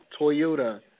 Toyota